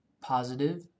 Positive